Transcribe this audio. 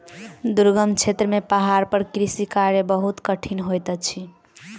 दुर्गम क्षेत्र में पहाड़ पर कृषि कार्य बहुत कठिन होइत अछि